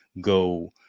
go